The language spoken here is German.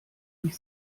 sich